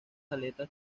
aletas